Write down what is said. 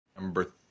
number